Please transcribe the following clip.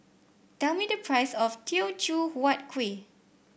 tell me the price of Teochew Huat Kueh